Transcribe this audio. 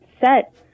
set